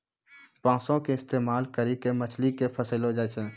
बांसो के इस्तेमाल करि के मछली के फसैलो जाय छै